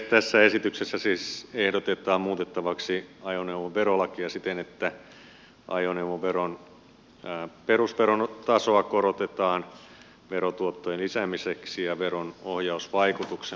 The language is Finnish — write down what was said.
tässä esityksessä siis ehdotetaan muutettavaksi ajoneuvoverolakia siten että ajoneuvoveron perusveron tasoa korotetaan verotuottojen lisäämiseksi ja veron ohjausvaikutuksen parantamiseksi